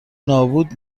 نابود